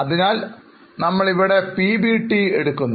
അതിനാൽ നമ്മൾ ഇവിടെ PBT എടുക്കുന്നു